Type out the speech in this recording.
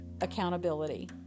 accountability